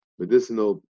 medicinal